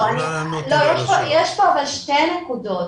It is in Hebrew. לא, יש פה אבל שתי נקודות.